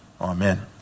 Amen